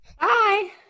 Bye